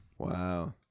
Wow